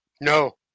No